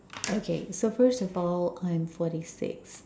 okay so first of all I'm forty six